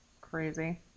Crazy